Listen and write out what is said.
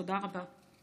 תודה רבה.